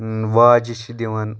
واجہِ چھِ دِوَان